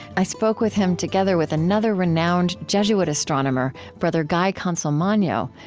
i spoke with him, together with another renowned jesuit astronomer, brother guy consolmagno,